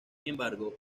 embargo